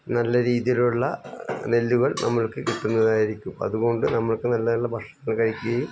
നല്ല രീതിയിലുള്ള നെല്ലുകൾ നമ്മൾക്ക് കിട്ടുന്നതായിരിക്കും അതുകൊണ്ട് നമ്മൾക്ക് നല്ല നല്ല ഭക്ഷണങ്ങൾ കഴിക്കുകയും